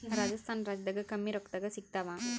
ರಾಜಸ್ಥಾನ ರಾಜ್ಯದಾಗ ಕಮ್ಮಿ ರೊಕ್ಕದಾಗ ಸಿಗತ್ತಾವಾ?